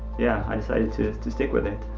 yeah, i decided to to stick with it.